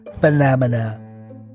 phenomena